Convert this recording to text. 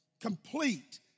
complete